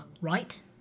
right